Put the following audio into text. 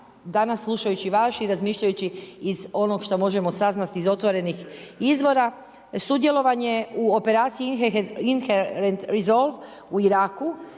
danas slušajući vas i razmišljajući iz onog što možemo saznati iz otvorenih izvora, sudjelovanje u Operaciji INHERENT RESOLVE u Iraku